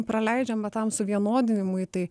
praleidžiam va tam suvienodinimui tai